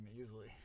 easily